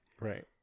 right